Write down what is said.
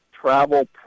travel